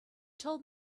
told